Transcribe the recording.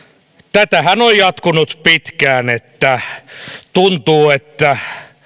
tätähän on jatkunut pitkään että tuntuu että